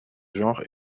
genre